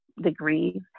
degrees